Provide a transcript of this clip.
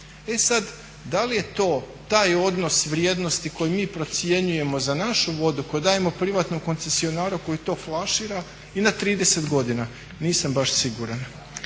E sad da li je to taj odnos vrijednosti koji mi procjenjujemo za našu vodu koju dajemo privatnom koncesionaru koji to flašira i na 30 godina, nisam baš siguran.